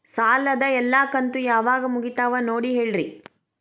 ಸಾಲದ ಎಲ್ಲಾ ಕಂತು ಯಾವಾಗ ಮುಗಿತಾವ ನೋಡಿ ಹೇಳ್ರಿ